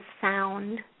sound